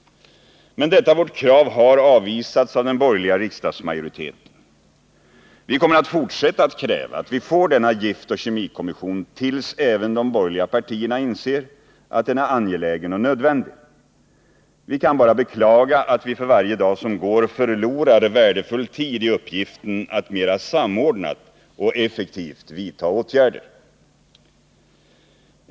Men detta vårt krav har avvisats av den borgerliga riksdagsmajoriteten. Vi kommer att fortsätta att kräva att vi får denna giftoch kemikommission tills även de borgerliga partierna inser att den är angelägen och nödvändig. Vi kan bara beklaga att vi för varje dag som går förlorar värdefull tid i uppgiften att mera samordnat och effektivt vidta åtgärder.